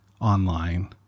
online